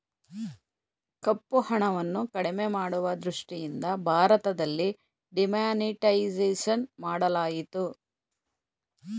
ಕಪ್ಪುಹಣವನ್ನು ಕಡಿಮೆ ಮಾಡುವ ದೃಷ್ಟಿಯಿಂದ ಭಾರತದಲ್ಲಿ ಡಿಮಾನಿಟೈಸೇಷನ್ ಮಾಡಲಾಯಿತು